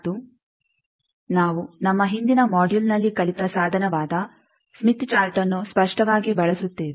ಮತ್ತು ನಾವು ನಮ್ಮ ಹಿಂದಿನ ಮೊಡ್ಯುಲ್ನಲ್ಲಿ ಕಲಿತ ಸಾಧನವಾದ ಸ್ಮಿತ್ ಚಾರ್ಟ್ಅನ್ನು ಸ್ಪಷ್ಟವಾಗಿ ಬಳಸುತ್ತೇವೆ